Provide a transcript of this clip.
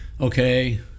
okay